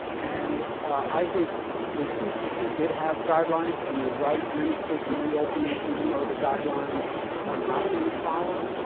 and i think the c d c. did have guidelines and, you're right, many states are reopening, even though the guidelines are not being followed.